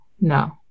no